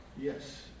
Yes